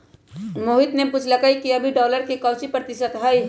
मोहित ने पूछल कई कि अभी डॉलर के काउची प्रतिशत है?